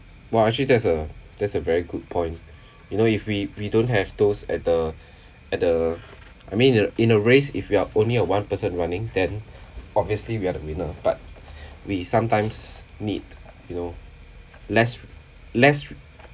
well actually that's a that's a very good point you know if we we don't have those at the at the I mean in a in a race if you are only a one person running then obviously we are the winner but we sometimes need you know next next